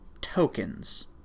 tokens